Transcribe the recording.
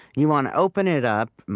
you want to open it up,